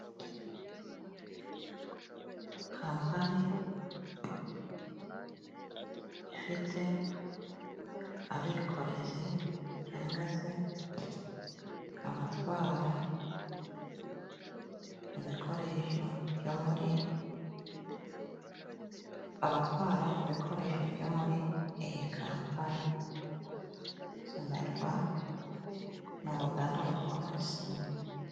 Kampani ifite abikorezi cyangwa se abatwara ibikoresho byo muri abatwara ibikoresho byo muri iyi kampani zemerwa mu ruganda rukora sima.